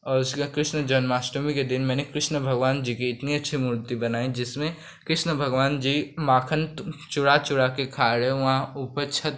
और उसके कृष्ण जन्माष्टमी के दिन मैंने कृष्ण भगवान जी की इतनी अच्छी मूर्ति बनाई जिसमें कृष्ण भगवान जी माखन चुरा चुराकर खा रहे हैं वहाँ ऊपर छत पर